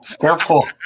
Careful